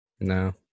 no